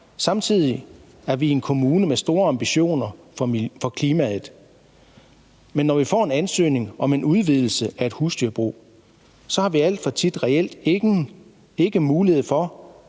Samtidig er vi en kommune med store ambitioner for klimaet. Men når vi får en ansøgning om en udvidelse af et husdyrbrug, så har vi alt for tit reelt ikke muligheder for